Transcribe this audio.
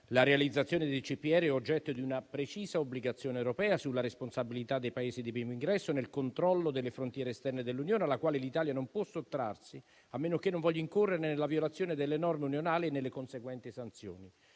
la realizzazione dei CPR è oggetto di una precisa obbligazione europea sulla responsabilità dei Paesi di primo ingresso nel controllo delle frontiere esterne dell'Unione, alla quale l'Italia non può sottrarsi, a meno che non voglia incorrere nella violazione delle norme unionali e nelle conseguenti sanzioni.